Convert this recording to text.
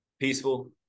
peaceful